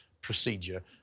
procedure